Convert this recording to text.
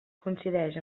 coincideix